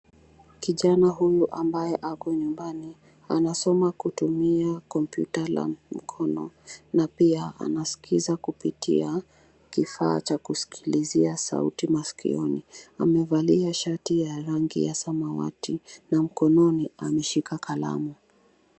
Kijana huyu ambaye ako nyumbani anasoma kutumia kompyuta la mkono na pia anasikiza kupitia kifaa cha kusikilizia sauti masikioni. Amevalia shati ya rangi ya samawati na mkononi ameshika kalamu.